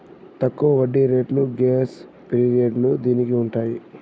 తక్కువ వడ్డీ రేట్లు గ్రేస్ పీరియడ్లు దీనికి ఉంటాయి